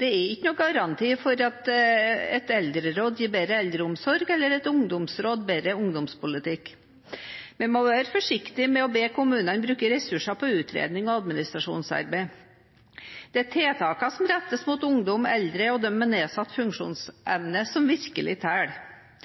Det er ingen garanti for at et eldreråd gir bedre eldreomsorg eller at et ungdomsråd gir bedre ungdomspolitikk. Vi må være forsiktige med å be kommunene bruke ressursene på utredning og administrasjonsarbeid. Det er tiltakene som rettes mot ungdom, eldre og de med nedsatt funksjonsevne som virkelig